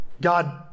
God